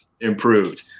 improved –